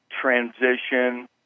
transition